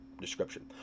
description